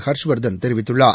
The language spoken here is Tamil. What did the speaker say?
ஹர்ஷ்வர்தன் தெரிவித்துள்ளார்